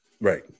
Right